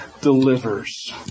delivers